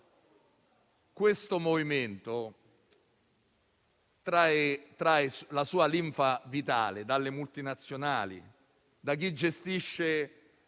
questo movimento trae la sua linfa vitale dalle multinazionali, da chi gestisce i